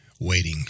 waiting